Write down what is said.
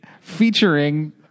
featuring